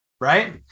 right